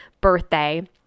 birthday